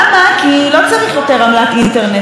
אנחנו לא בימים שהיה צריך לקרוא לאחראי